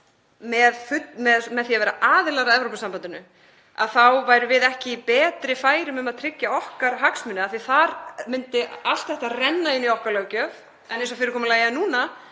með því að vera aðilar að Evrópusambandinu þá værum við ekki í betri færum að tryggja okkar hagsmuni af því að þar myndi allt þetta renna inn í okkar löggjöf en eins og fyrirkomulagið er núna